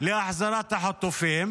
להחזרת החטופים,